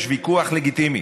יש ויכוח לגיטימי,